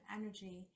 energy